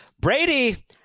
Brady